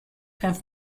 have